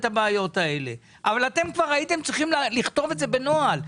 אבל הייתם צריכים לכתוב את זה בנוהל,